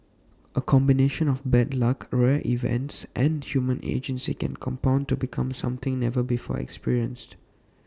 A combination of bad luck rare events and human agency can compound to become something never before experienced